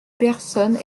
personne